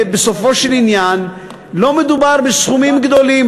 בסופו של עניין לא מדובר בסכומים גדולים,